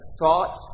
thought